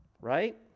right